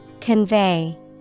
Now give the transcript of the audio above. Convey